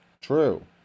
true